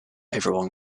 everyone